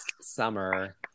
summer